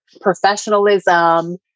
professionalism